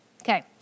okay